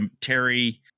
Terry